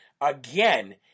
again